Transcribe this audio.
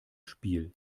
spiel